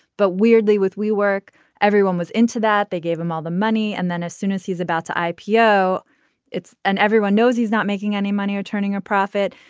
but weirdly with we work everyone was into that they gave him all the money and then as soon as he's about to ipo it's and everyone knows he's not making any money or turning a profit.